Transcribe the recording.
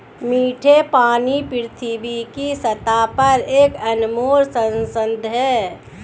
मीठे पानी पृथ्वी की सतह पर एक अनमोल संसाधन है